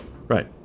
Right